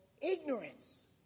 ignorance